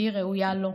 והיא ראויה לו,